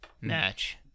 match